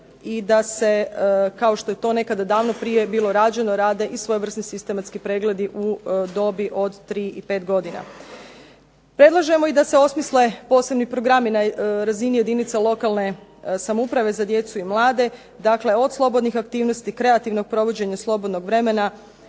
i da se kao što je to nekada davno prije bilo rađeno rade i svojevrsni sistematski pregledi u dobi od 3 i 5 godina. Predlažemo i da se osmisle posebni programi na razini jedinica lokalne samouprave za djecu i mlade, dakle od slobodnih aktivnosti, kreativnog provođenja slobodnog vremena,